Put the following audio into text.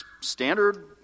standard